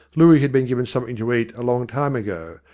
looey had been given something to eat a long time ago,